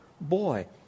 boy